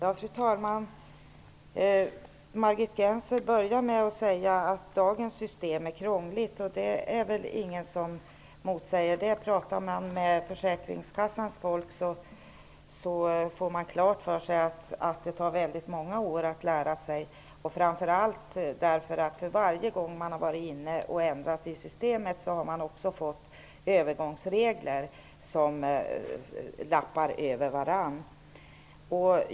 Fru talman! Margit Gennser börjar med att säga att dagens system är krångligt. Det är ingen som motsäger det. När man pratar med försäkringskassans folk får man klart för sig att det tar många år att lära sig systemet. Det beror framför allt på att det varje gång som systemet ändras införs övergångsregler som lappar över varandra.